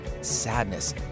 sadness